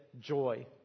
joy